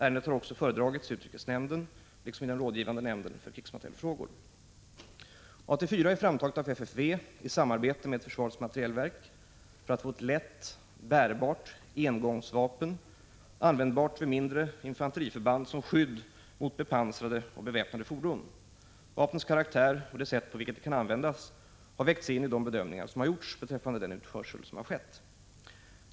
Ärendet har också föredragits i utrikesnämnden liksom i den rådgivande nämnden för krigsmaterielfrågor. AT-4 är framtaget av FFV i samarbete med försvarets materielverk, för att få ett lätt, bärbart engångsvapen, användbart vid mindre infanteriförband som skydd mot bepansrade och beväpnade fordon. Vapnets karaktär och det sätt på vilket det kan användas har vägts in i de bedömningar som gjorts beträffande den utförsel som skett.